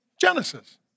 Genesis